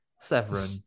severin